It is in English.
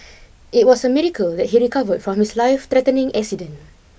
it was a miracle that he recovered from his lifethreatening accident